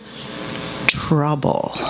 trouble